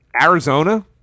Arizona